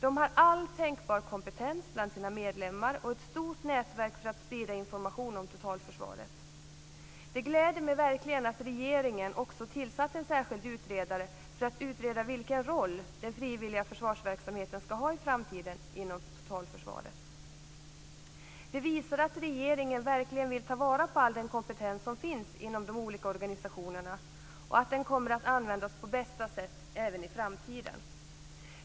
De har all tänkbar kompetens bland sina medlemmar och ett stort nätverk för att sprida information om totalförsvaret. Det gläder mig verkligen att regeringen också tillsatt en särskild utredare för att utreda vilken roll den frivilliga försvarsverksamheten ska ha i framtiden inom totalförsvaret. Det visar att regeringen verkligen vill ta vara på all den kompetens som finns inom de olika organisationerna och att den kommer att användas på bästa sätt även i framtiden.